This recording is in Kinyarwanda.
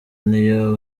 niyo